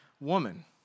woman